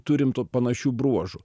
turim tų panašių bruožų